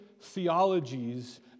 theologies